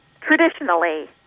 traditionally